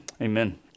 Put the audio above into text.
Amen